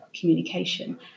communication